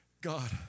God